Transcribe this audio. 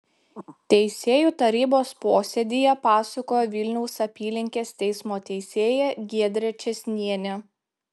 teisėjų tarybos posėdyje pasakojo vilniaus apylinkės teismo teisėja giedrė čėsnienė